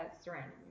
surrounding